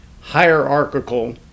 hierarchical